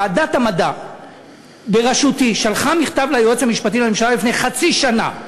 ועדת המדע בראשותי שלחה מכתב ליועץ המשפטי לממשלה לפני חצי שנה.